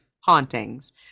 hauntings